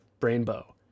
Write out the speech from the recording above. Brainbow